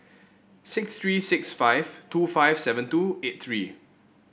six three six five two five seven two eight three